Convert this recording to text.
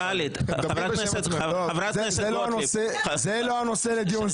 זה לא הנושא לדיון.